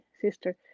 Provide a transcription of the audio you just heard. sister